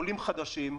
עולים חדשים.